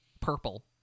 purple